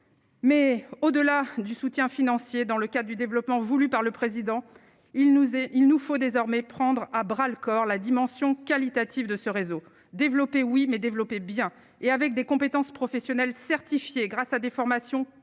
Mais au-delà du soutien financier dans le cas du développement voulue par le président, il nous a, il nous faut désormais prendre à bras-le-corps la dimension qualitative de ce réseau développé oui mais développer bien et avec des compétences professionnelles certifiées grâce à des formations qualifiantes